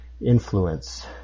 Influence